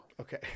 Okay